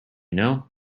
know